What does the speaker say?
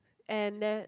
and then